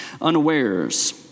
unawares